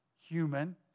human